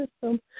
system